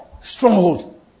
Stronghold